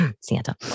Santa